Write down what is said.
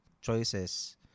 choices